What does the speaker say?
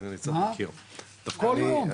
כל יום.